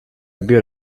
built